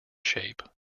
shape